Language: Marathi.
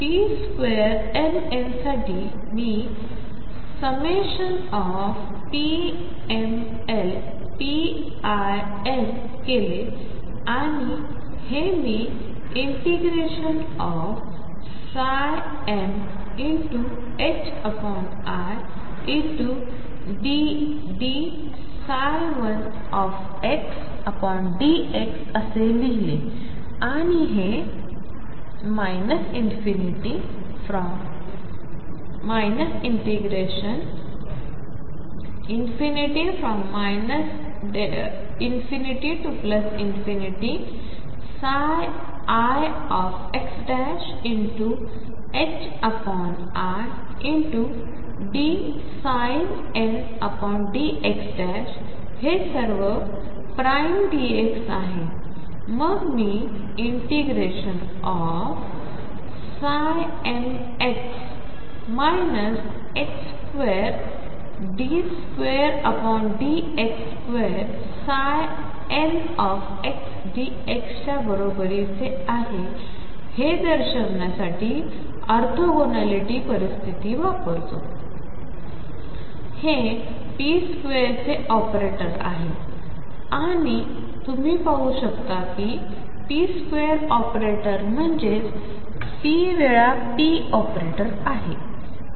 तर pmn2 साठी मी lpmlpln केले आणि हे मी ∫midlxdx असे लिहिले आणि हे ∞lxidn dx हे सर्व प्राइम dx आहे मग मी∫mx 2d2dx2ndx च्या बरोबरीचे आहे हे दर्शविण्यासाठी ऑर्थोगोनॅलिटी स्थिती वापरतो हे p2चे ऑपरेटर आहे आणि तुम्ही पाहू शकता की p2ऑपरेटर म्हणंजेच p वेळा p ऑपरेटर आहे